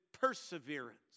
perseverance